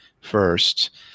first